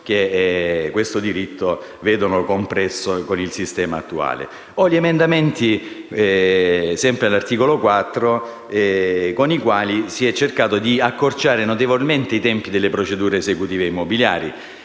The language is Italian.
che questo diritto vedono compresso con il sistema attuale. Ricordo poi gli emendamenti, sempre all'articolo 4, con i quali si è cercato di accorciare notevolmente i tempi delle procedure esecutive immobiliari.